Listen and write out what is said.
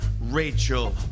Rachel